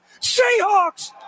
Seahawks